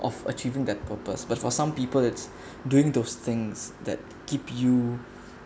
of achieving their purpose but for some people it's doing those things that keep you